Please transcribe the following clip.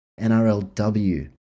NRLW